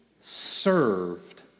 served